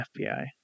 FBI